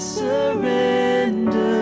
surrender